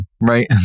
right